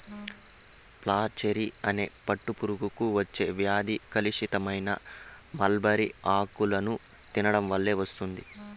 flacherie అనే పట్టు పురుగులకు వచ్చే వ్యాధి కలుషితమైన మల్బరీ ఆకులను తినడం వల్ల వస్తుంది